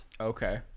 okay